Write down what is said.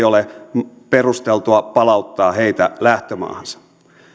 ole perusteltua palauttaa heitä lähtömaahansa